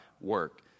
work